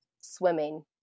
swimming